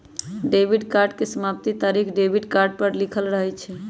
debit card के समाप्ति तारिख डेबिट कार्ड पर लिखल रहइ छै